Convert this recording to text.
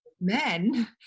men